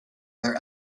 their